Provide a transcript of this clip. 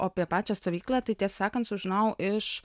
o apie pačią stovyklą tai tiesą sakant sužinau iš